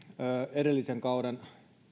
edellisen kauden